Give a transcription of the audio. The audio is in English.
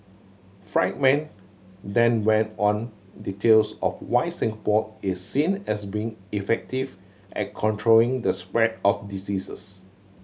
friedman then went on details of why Singapore is seen as being effective at controlling the spread of diseases